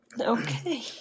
Okay